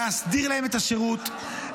להסדיר להם את השירות,